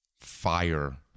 fire